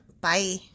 Bye